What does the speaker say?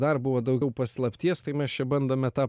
dar buvo daugiau paslapties tai mes čia bandome tą